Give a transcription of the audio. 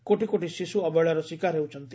କୋଟି କୋଟି ଶିଶୁ ଅବହେଳାର ଶିକାର ହେଉଛନ୍ତି